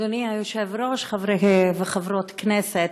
אדוני היושב-ראש, חברי וחברות הכנסת,